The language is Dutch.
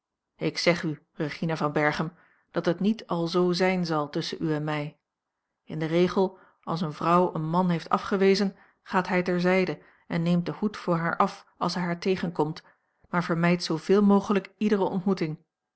ik zeg u regina van berchem dat het niet alzoo zijn zal tusschen u en mij in den regel als eene vrouw een man heeft afgewezen gaat hij ter zijde en neemt den hoed voor haar af als hij haar tegenkomt maar vermijdt zooveel mogelijk iedere ontmoeting